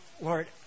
Lord